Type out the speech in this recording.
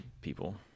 people